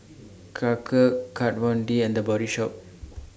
Karcher Kat Von D and The Body Shop